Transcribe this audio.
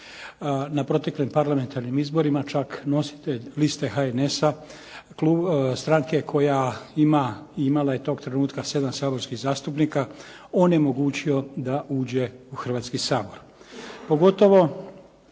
na proteklim parlamentarnim izborima čak nositelj liste HNS-a stranke koja ima i imala je tog trenutka sedam saborskih zastupnika onemogućio da uđe u Hrvatski sabor.